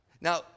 Now